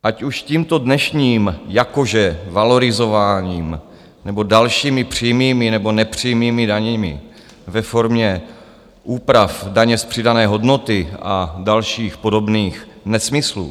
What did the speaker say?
Ať už tímto dnešním jakože valorizováním, nebo dalšími přímými nebo nepřímými daněmi ve formě úprav daně z přidané hodnoty a dalších podobných nesmyslů.